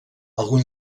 algun